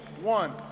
one